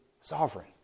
sovereign